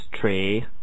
Tree